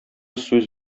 сүз